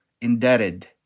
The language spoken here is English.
indebted